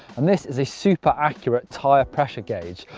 and this is a super accurate tyre pressure gauge.